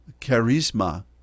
charisma